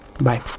bye